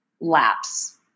lapse